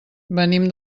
venim